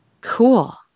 Cool